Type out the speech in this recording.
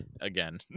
again